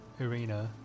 arena